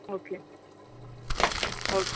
okay ओ